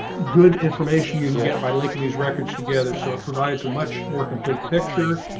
good information, you can get by linking these records together. so it provides a much more complete picture.